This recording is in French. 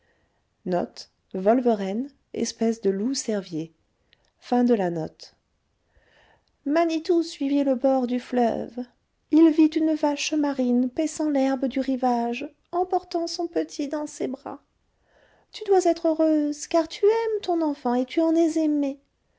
manitou suivit le bord du fleuve il vit une vache marine paissant l'herbe du rivage en portant son petit dans ses bras tu dois être heureuse car tu aimes ton enfant et tu en es aimée